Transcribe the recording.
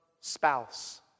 spouse